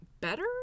better